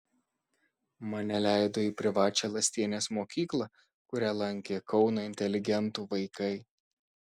mane leido į privačią lastienės mokyklą kurią lankė kauno inteligentų vaikai